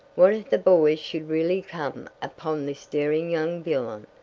what if the boys should really come upon this daring young villian?